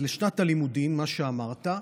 אז לשנת הלימודים, מה שאמרת,